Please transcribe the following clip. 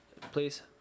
Please